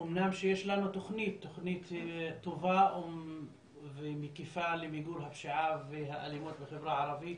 אמנם יש לנו תוכנית טובה ומקיפה למיגור הפשיעה והאלימות בחברה הערבית,